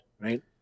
right